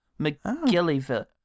McGillivray